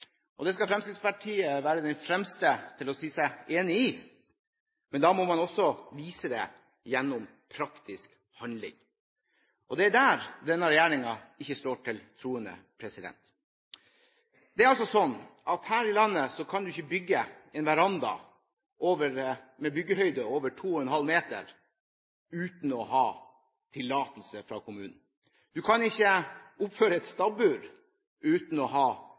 lokaldemokratiet. Det skal Fremskrittspartiet være den første til å si seg enig i, men da må man også vise det gjennom praktisk handling. Og det er der denne regjeringen ikke står til troende. Det er altså sånn at her i landet kan du ikke bygge en veranda med byggehøyde over 2,5 meter uten å ha tillatelse fra kommunen. Du kan ikke oppføre et stabbur uten å ha